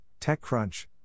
TechCrunch